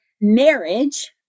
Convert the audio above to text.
marriage